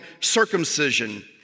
circumcision